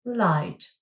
light